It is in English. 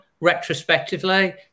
retrospectively